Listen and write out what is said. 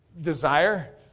desire